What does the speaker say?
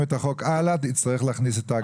את החוק הלאה יצטרך להכניס את ההגדרה הזאת.